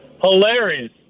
hilarious